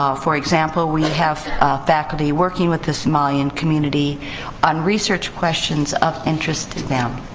um for example, we have faculty working with the somalian community on research questions of interest to them.